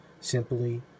simply